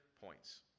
points